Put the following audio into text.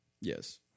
Yes